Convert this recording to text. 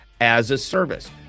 As-a-Service